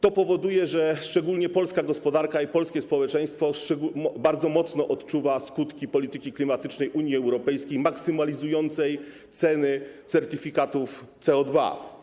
To powoduje, że szczególnie polska gospodarka i polskie społeczeństwo bardzo mocno odczuwają skutki polityki klimatycznej Unii Europejskiej, maksymalizującej ceny certyfikatów CO2.